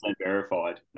verified